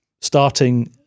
starting